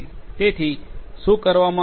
તેથી શું કરવામાં આવે છે